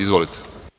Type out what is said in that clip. Izvolite.